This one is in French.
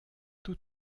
tous